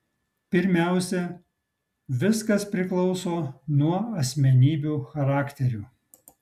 pirmiausia viskas priklauso nuo asmenybių charakterių